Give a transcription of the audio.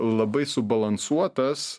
labai subalansuotas